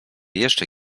jeszcze